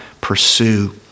pursue